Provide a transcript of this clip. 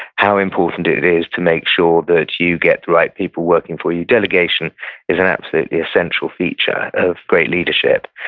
how important it is to make sure that you get the right people working for you. delegation is an absolutely essential feature of great leadership.